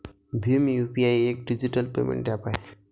Bhim UPI एक digital payment app आहे